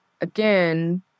again